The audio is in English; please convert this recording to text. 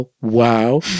wow